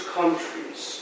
countries